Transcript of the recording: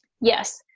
Yes